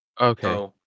Okay